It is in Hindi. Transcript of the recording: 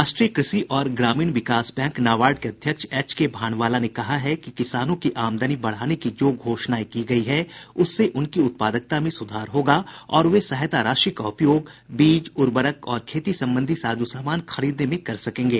राष्ट्रीय कृषि और ग्रामीण विकास बैंक नाबार्ड के अध्यक्ष एच के भानवाला ने कहा है कि किसानों की आमदनी बढ़ाने की जो घोषणाएं की गई है उससे उनकी उत्पादकता में सुधार होगा और वे सहायता राशि का उपयोग बीज उवर्रक और खेती संबंधी साज सामान खरीदने में कर सकेंगे